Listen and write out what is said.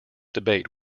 debate